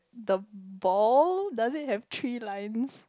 the ball does it have three lines